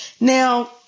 Now